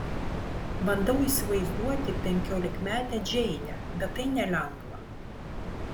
bandau įsivaizduoti penkiolikmetę džeinę bet tai nelengva